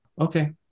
Okay